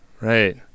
right